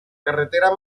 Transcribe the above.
carretera